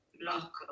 block